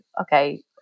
okay